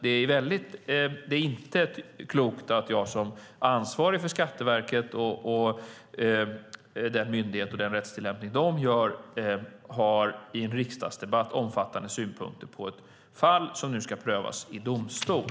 Det är dock inte lämpligt att jag som ansvarig för myndigheten Skatteverket och dess rättstillämpning i en riksdagsdebatt har omfattande synpunkter på ett fall som ska prövas i domstol.